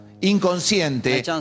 inconsciente